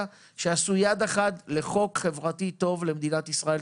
שעשו יד אחת לחוק חברתי טוב למדינת ישראל.